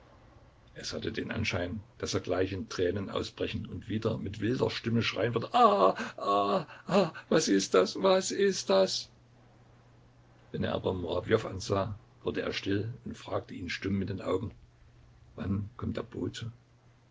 es hatte den anschein daß er gleich in tränen ausbrechen und wieder mit wilder stimme schreien würde ah ah ah was ist das was ist das wenn er aber murajow ansah wurde er still und fragte ihn stumm mit den augen wann kommt der bote